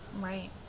Right